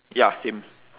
ya same